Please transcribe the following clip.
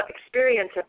experience